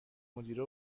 مدیره